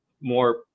more